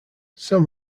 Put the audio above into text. some